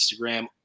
Instagram